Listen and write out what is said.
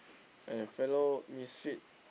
and fellow misfit